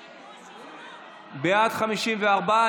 בעד, 54,